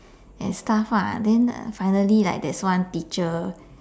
and stuff lah then uh finally like there is one teacher